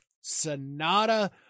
Sonata